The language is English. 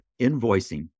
invoicing